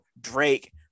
Drake